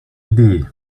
idee